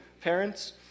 parents